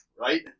right